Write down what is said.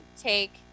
take